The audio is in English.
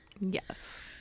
Yes